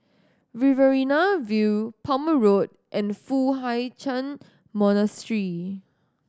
Riverina View Palmer Road and Foo Hai Ch'an Monastery